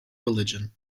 religion